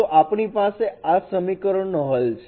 તો આપણી પાસે આ સમીકરણ નો હલ છે